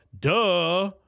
Duh